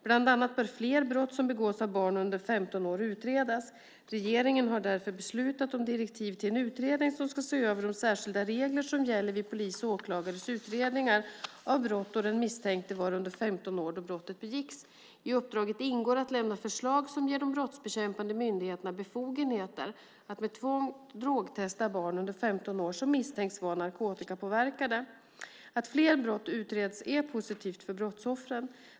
Bland annat bör fler brott som begås av barn under 15 år utredas. Regeringen har därför beslutat om direktiv till en utredning som ska se över de särskilda regler som gäller vid polis och åklagares utredningar av brott då den misstänkte var under 15 år då brottet begicks. I uppdraget ingår att lämna förslag som ger de brottsbekämpande myndigheterna befogenheter att med tvång drogtesta barn under 15 år som misstänks vara narkotikapåverkade. Att fler brott utreds är positivt för brottsoffren.